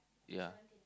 ya